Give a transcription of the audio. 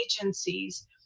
agencies